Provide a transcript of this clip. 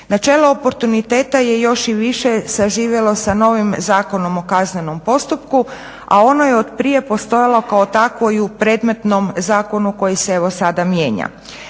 Načelo oportuniteta je još i više saživjelo sa novim ZKP-om, a ono je otprije postojalo kao takvo i u predmetnom zakonu koji se evo sada mijenja.